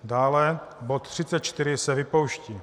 Dále bod 34 se vypouští.